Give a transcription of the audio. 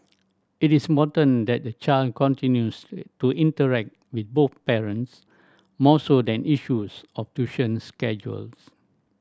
it is important that the child continues to interact with both parents more so than issues of tuition schedules